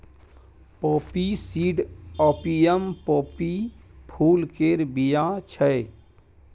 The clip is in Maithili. पोपी सीड आपियम पोपी फुल केर बीया छै